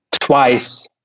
twice